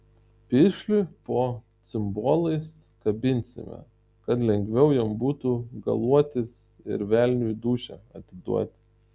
piršliui po cimbolais kabinsime kad lengviau jam būtų galuotis ir velniui dūšią atiduoti